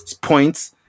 points